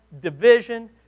division